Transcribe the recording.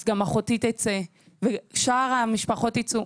אז גם אחותי תצא ושאר המשפחות ייצאו.